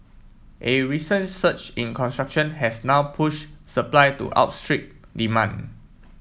a recent surge in construction has now push supply to outstrip demand